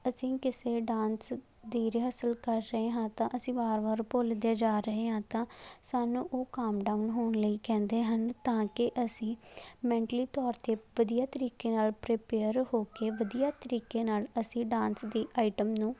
ਅਸੀਂ ਕਿਸੇ ਡਾਂਸ ਦੀ ਰਿਹਾਸਲ ਕਰ ਰਹੇ ਹਾਂ ਤਾਂ ਅਸੀਂ ਵਾਰ ਵਾਰ ਭੁੱਲਦੇ ਜਾ ਰਹੇ ਹਾਂ ਤਾਂ ਸਾਨੂੰ ਉਹ ਕਾਮ ਡਾਊਨ ਹੋਣ ਲਈ ਕਹਿੰਦੇ ਹਨ ਤਾਂ ਕਿ ਅਸੀਂ ਮੈਂਟਲੀ ਤੌਰ 'ਤੇ ਵਧੀਆ ਤਰੀਕੇ ਨਾਲ ਪ੍ਰਿਪੇਅਰ ਹੋ ਕੇ ਵਧੀਆ ਤਰੀਕੇ ਨਾਲ ਅਸੀਂ ਡਾਂਸ ਦੀ ਆਈਟਮ ਨੂੰ